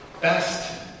best